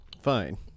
Fine